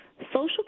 Social